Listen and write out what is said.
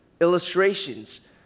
illustrations